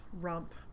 rump